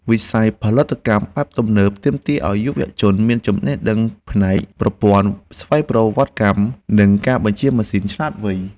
វិស័យផលិតកម្មបែបទំនើបទាមទារឱ្យយុវជនមានចំណេះដឹងផ្នែកប្រព័ន្ធស្វ័យប្រវត្តិកម្ម និងការបញ្ជាម៉ាស៊ីនឆ្លាតវៃ។